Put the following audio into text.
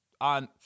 on